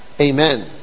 Amen